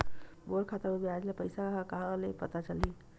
मोर खाता म ब्याज के पईसा ह कहां ले पता चलही?